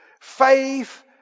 faith